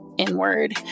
inward